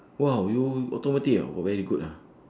!wow! you automotive ah very good ah